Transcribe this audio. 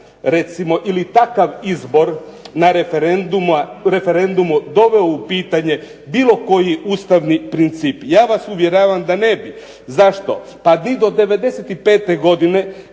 recimo, ili takav izbor na referendumu doveo u pitanje bilo koji ustavni princip? Ja vas uvjeravam da ne bi. Zašto? Pa vi do '95. godine,